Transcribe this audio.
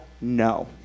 No